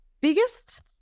Biggest